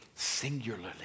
singularly